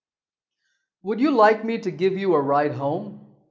would you like me to give you a ride home?